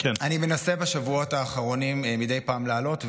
אני מנסה בשבועות האחרונים מדי פעם לעלות,